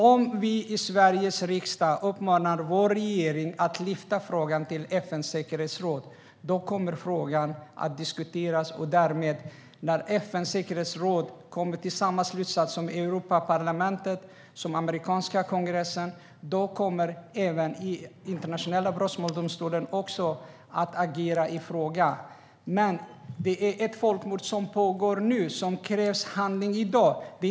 Om vi i Sveriges riksdag uppmanar vår regering att lyfta frågan till FN:s säkerhetsråd kommer frågan att diskuteras. När säkerhetsrådet kommit till samma slutsats som Europaparlamentet och den amerikanska kongressen kommer även Internationella brottmålsdomstolen att agera i frågan. Men det är ett folkmord som pågår nu. Det krävs handling i dag.